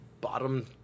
bottom